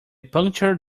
puncture